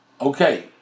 okay